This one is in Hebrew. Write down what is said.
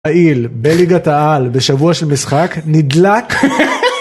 פעיל בליגת העל בשבוע של משחק נדלק. (צחוק)